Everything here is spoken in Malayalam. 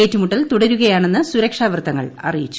ഏറ്റുമുട്ടൽതുടരുകയാണെന്ന് സുരക്ഷാ വൃത്തങ്ങൾ അറിയിച്ചു